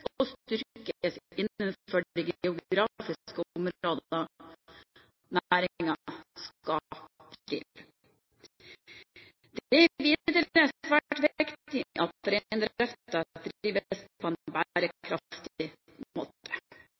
skal drive. Det er videre svært viktig at reindriften drives på en bærekraftig måte.